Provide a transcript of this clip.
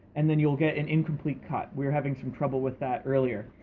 and then you'll get an incomplete cut. we were having some trouble with that earlier.